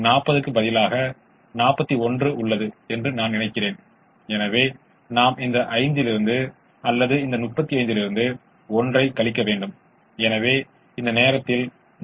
தேற்றத்திற்கான ஒவ்வொரு சாத்தியமான தீர்வும் முதன்மைக்கான சாத்தியமான ஒவ்வொரு தீர்வையும் விட அதிகமாகவோ அல்லது சமமாகவோ புறநிலை செயல்பாட்டு மதிப்புகளைக் கொண்டிருக்கும் என்று தேற்றம் கூறுகிறது